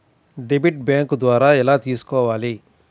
Debit bank ద్వారా ఎలా తీసుకోవాలి?